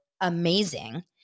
amazing